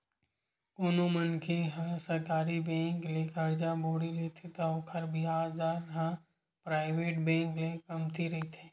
कोनो मनखे ह सरकारी बेंक ले करजा बोड़ी लेथे त ओखर बियाज दर ह पराइवेट बेंक ले कमती रहिथे